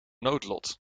noodlot